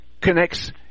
connects